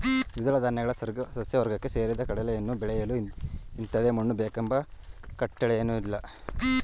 ದ್ವಿದಳ ಧಾನ್ಯಗಳ ಸಸ್ಯವರ್ಗಕ್ಕೆ ಸೇರಿದ ಕಡಲೆಯನ್ನು ಬೆಳೆಯಲು ಇಂಥದೇ ಮಣ್ಣು ಬೇಕೆಂಬ ಕಟ್ಟಳೆಯೇನೂಇಲ್ಲ